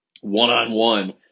one-on-one